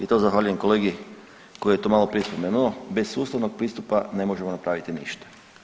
I to zahvaljujem kolegi koji je to maloprije spomenuo, bez sustavno pristupa ne možemo napraviti ništa.